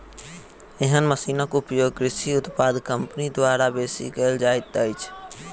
एहन मशीनक उपयोग कृषि उत्पाद कम्पनी द्वारा बेसी कयल जाइत अछि